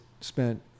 spent